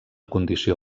condició